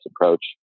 approach